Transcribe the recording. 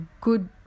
good